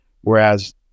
whereas